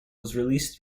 released